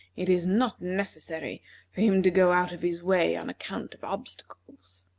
it is not necessary for him to go out of his way on account of obstacles.